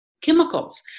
chemicals